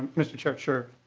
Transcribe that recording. mr. chair sure.